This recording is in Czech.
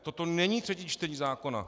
Toto není třetí čtení zákona.